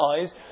eyes